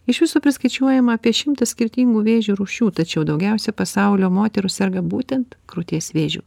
iš viso priskaičiuojama apie šimtą skirtingų vėžio rūšių tačiau daugiausiai pasaulio moterų serga būtent krūties vėžiu